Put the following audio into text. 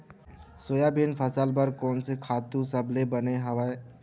Soybean फसल बर कोन से खातु सबले बने हवय?